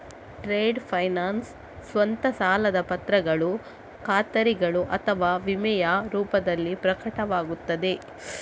trade finance ಸ್ವತಃ ಸಾಲದ ಪತ್ರಗಳು ಖಾತರಿಗಳು ಅಥವಾ ವಿಮೆಯ ರೂಪದಲ್ಲಿ ಪ್ರಕಟವಾಗುತ್ತದೆ